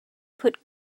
put